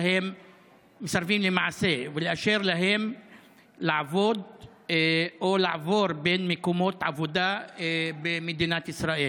מסרבים למעשה לאשר להם לעבוד או לעבור בין מקומות עבודה במדינת ישראל.